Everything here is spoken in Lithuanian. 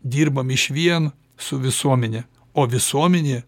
dirbam išvien su visuomene o visuomenė